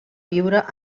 viure